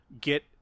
get